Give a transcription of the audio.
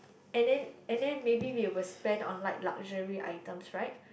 and then and then maybe we will spend on like luxury items right